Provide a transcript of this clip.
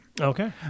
Okay